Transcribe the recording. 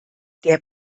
der